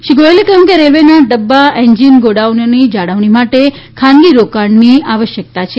શ્રી ગોયલે કહ્યું કે રેલવેના ડબ્બા એન્જિન ગોડાઉનોની જાળવણી માટે ખાનગી રોકાણની આવશ્યકતા છે